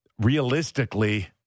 realistically